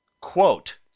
Quote